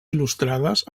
il·lustrades